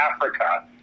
Africa